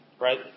Right